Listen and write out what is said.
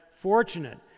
fortunate